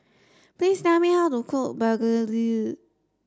please tell me how to cook begedil